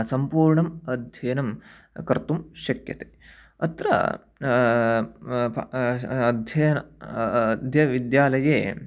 सम्पूर्णम् अध्ययनं कर्तुं शक्यते अत्र अध्ययनम् अद्य विद्यालये